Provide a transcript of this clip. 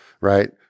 Right